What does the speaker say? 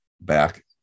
back